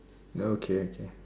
oh okay okay